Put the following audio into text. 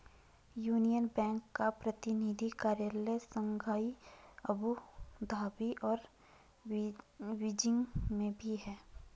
union Bank का प्रतिनिधि कार्यालय शंघाई अबू धाबी और बीजिंग में भी है